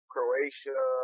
Croatia